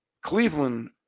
Cleveland